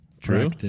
True